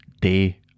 day